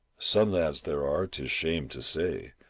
some lads there are, tis shame to say,